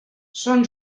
són